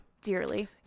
dearly